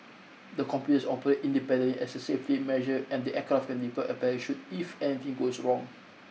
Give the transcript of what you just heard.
the computers operate independently as a safety measure and the aircraft can deploy a parachute if anything goes wrong